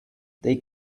they